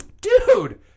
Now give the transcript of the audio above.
Dude